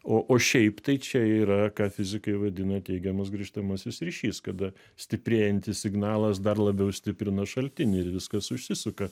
o o šiaip tai čia yra ką fizikai vadina teigiamas grįžtamasis ryšys kada stiprėjantis signalas dar labiau stiprina šaltinį ir viskas užsisuka